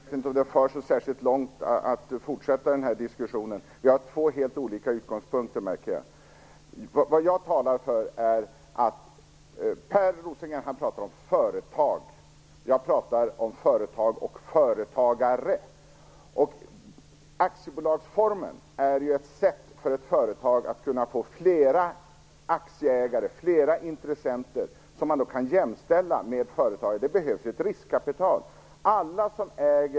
Herr talman! Jag vet inte om det för så särskilt långt att fortsätta den här diskussionen. Jag märker att vi har två helt olika utgångspunkter. Per Rosengren pratar om företag. Jag pratar om företag och företagare. Aktiebolagsformen är ju ett sätt för ett företag att få flera aktieägare, fler intressenter, som man kan jämställa med företagare. Det behövs ju ett riskkapital.